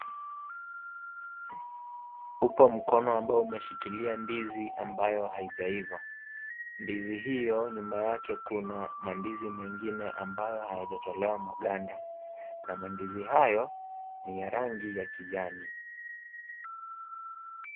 Upo mkono ambao umeshikilia ndizi ambayo haijaiva. Ndizi hiyo, nyuma yake kuna mandizi mengine ambayo hayajatolewa magwanda na mandizi hayo ni ya rangi ya kijani.